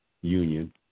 union